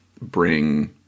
bring